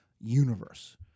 universe